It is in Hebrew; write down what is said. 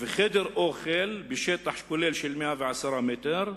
וחדר אוכל בשטח כולל של 110 מטר,